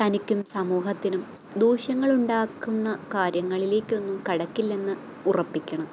തനിക്കും സമൂഹത്തിനും ദൂക്ഷ്യങ്ങളുണ്ടാക്കുന്ന കാര്യങ്ങളിലേക്കൊന്നും കടക്കില്ലെന്ന് ഉറപ്പിക്കണം